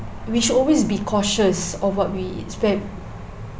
we should always be cautious of what we spend